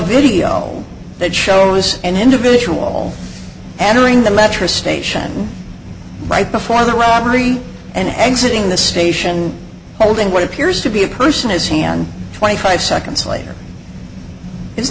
video that shows an individual entering the metro station right before the armory and exiting the station holding what appears to be a person is he and twenty five seconds later i